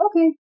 okay